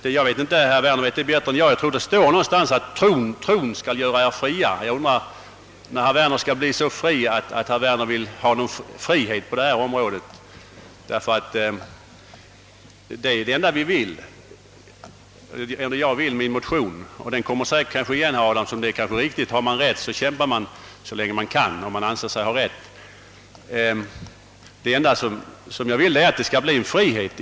Herr Werner känner nog bättre till det än jag, men jag tror att det står någonstans att »tron skall göra: er fria». Jag undrar när herr Werner skall bli. så fri att han vill ha frihet på detta område. Det är nämligen det enda jag syftar till i min motion. Och den kommer säkerligen igen, herr Adamsson, ty om man anser sig ha rätt kämpar man så länge man kan.